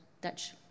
dutch